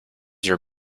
your